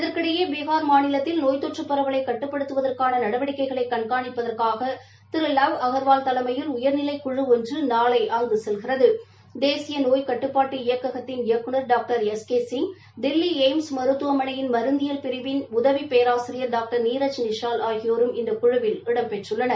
இதற்கிடையே பீகார் மாநிலத்தில் நோய் தொற்று பரவலை கட்டுப்படுத்துற்கான நடவடிக்கைகளை கண்காணிப்பதற்காக திரு லவ் அகாவால் தலைனாயில் உயா்நிலைக் குழு ஒன்று நாளை அங்கு செல்கிறது தேசிய நோய் கட்டுப்பாட்டு இயக்ககத்தின் இயக்குநர் doctor S K Singh Delhi AIIMS மருத்துவமனையில் மருந்தியல் பிரிவின் உதவி பேராசிரியர் டாங்டர் நீரஜ் நிஷால் ஆகியோரும் இந்த குழுவில் இடம்பெற்றுள்ளனர்